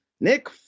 Nick